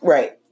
Right